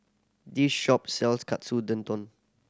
the shop sells Katsu